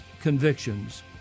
convictions